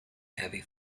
heavy